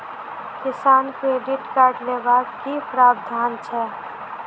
किसान credit card लेबाक की प्रावधान छै?